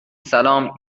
سلام